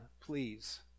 please